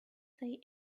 say